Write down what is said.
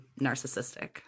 narcissistic